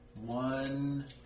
one